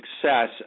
success